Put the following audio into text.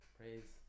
praise